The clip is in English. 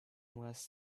less